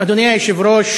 אדוני היושב-ראש,